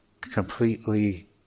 completely